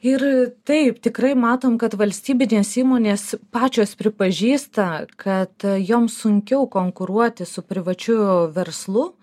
ir taip tikrai matom kad valstybinės įmonės pačios pripažįsta kad joms sunkiau konkuruoti su privačiu verslu